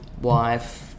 wife